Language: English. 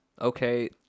Okay